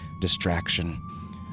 distraction